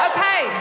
Okay